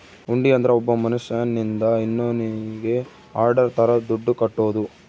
ಹುಂಡಿ ಅಂದ್ರ ಒಬ್ಬ ಮನ್ಶ್ಯನಿಂದ ಇನ್ನೋನ್ನಿಗೆ ಆರ್ಡರ್ ತರ ದುಡ್ಡು ಕಟ್ಟೋದು